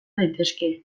daitezke